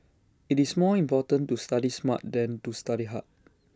IT is more important to study smart than to study hard